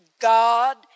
God